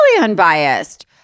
unbiased